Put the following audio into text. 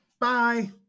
Bye